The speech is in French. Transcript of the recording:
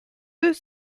deux